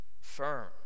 firm